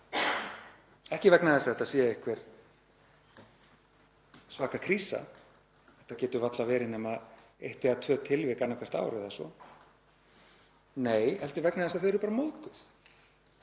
ekki vegna þess að þetta sé einhver svakaleg krísa, þetta getur varla verið nema eitt eða tvö tilvik annað hvert ár eða svo, nei, heldur vegna þess að þau eru bara móðguð.